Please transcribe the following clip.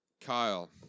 Kyle